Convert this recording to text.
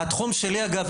התחום שלי אגב,